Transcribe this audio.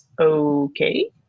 okay